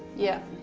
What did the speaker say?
yep,